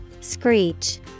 Screech